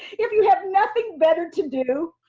if you have nothing better to do,